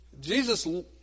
Jesus